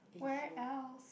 where else